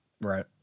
Right